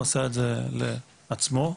הוא עשה אז לשימוש עצמי.